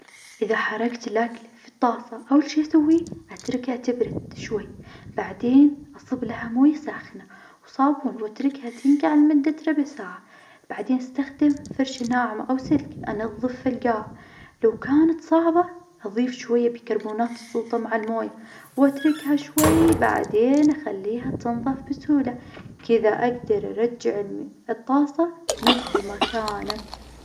إذا حرقت الأكل في الطاسة أول شي أسويه أتركها تبرد شوي، بعدين أصب لها موي ساخنة وصابون وأتركها تنقع لمدة ربع ساعة، بعدين استخدم فرشاة ناعمة أو سلك أنظف القاع، لو كانت صعبة أظيف شوية بيكربونات الصودا مع المويه وأتركها شوي، بعدين أخليها تنظف بسهولة. كذا أقدر أرجع الطاسة مثل ما كانت.